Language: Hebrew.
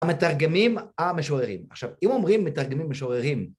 המתרגמים המשוררים. עכשיו אם אומרים מתרגמים משוררים